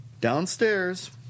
Downstairs